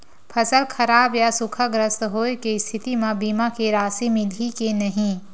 फसल खराब या सूखाग्रस्त होय के स्थिति म बीमा के राशि मिलही के नही?